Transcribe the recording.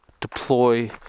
deploy